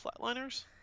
Flatliners